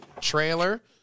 trailer